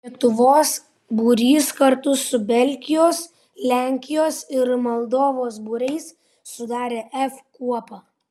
lietuvos būrys kartu su belgijos lenkijos ir moldovos būriais sudarė f kuopą